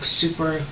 super